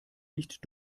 nicht